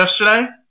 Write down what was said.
yesterday